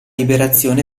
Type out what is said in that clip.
liberazione